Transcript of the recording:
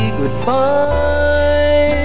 goodbye